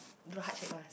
do heart shape first